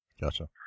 Gotcha